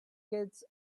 kids